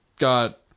got